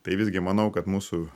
tai visgi manau kad mūsų